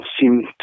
seem